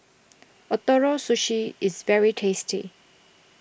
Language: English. Ootoro Sushi is very tasty